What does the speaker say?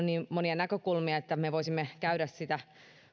niin monia näkökulmia että me voisimme käydä sitä